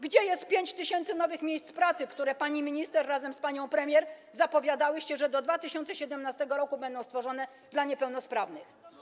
Gdzie jest 5 tys. nowych miejsc pracy, co do których pani minister razem z panią premier zapowiadałyście, że do 2017 r. będą stworzone dla niepełnosprawnych?